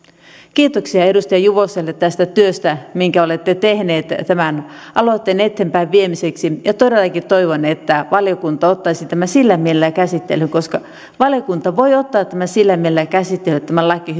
kiitoksia edustaja juvoselle tästä työstä minkä olette tehnyt tämän aloitteen eteenpäinviemiseksi todellakin toivon että valiokunta ottaisi tämän sillä mielellä käsittelyyn koska valiokunta voi ottaa tämän sillä mielellä käsittelyyn että tämä laki